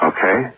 Okay